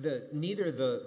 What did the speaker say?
the neither the